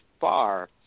far